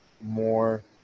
more